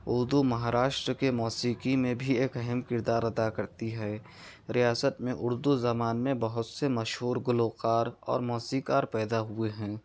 اردو مہاراشٹر کے موسیقی میں بھی ایک اہم کردار ادا کرتی ہے ریاست میں اردو زبان میں بہت سے مشہور گلوکار اور موسیقی کار پیدا ہوئے ہیں